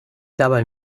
dabei